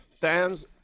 fans